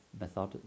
method